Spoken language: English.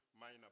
minor